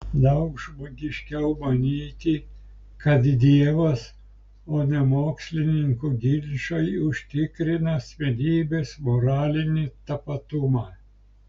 daug žmogiškiau manyti kad dievas o ne mokslininkų ginčai užtikrina asmenybės moralinį tapatumą